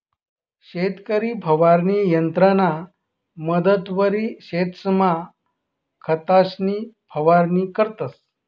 शेतकरी फवारणी यंत्रना मदतवरी शेतसमा खतंसनी फवारणी करतंस